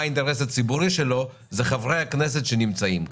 האינטרס הציבורי שלו זה חברי הכנסת שנמצאים כאן.